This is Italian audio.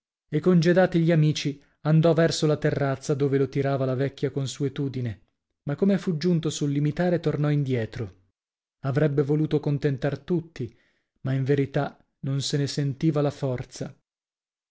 e congedati gli amici andò verso la terrazza dove lo tirava la vecchia consuetudine ma come fu giunto sul limitare tornò indietro avrebbe voluto contentar tutti ma in verità non se ne sentiva la forza